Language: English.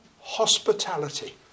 hospitality